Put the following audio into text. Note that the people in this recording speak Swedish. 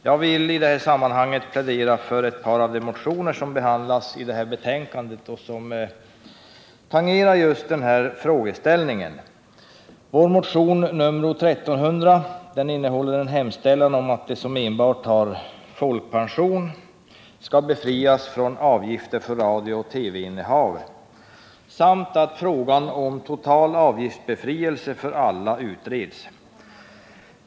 Jag vill i detta sammanhang plädera för ett par av de motioner som behandlas i föreliggande betänkande och som tangerar den här rrågeställningen. I vår motion nr 1300 hemställes att de som enbart har folkpension skall befrias från avgifter för radiooch TV-innehav samt att frågan om total avgiftsbefrielse för alla utreds.